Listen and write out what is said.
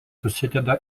susideda